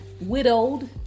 widowed